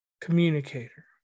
communicator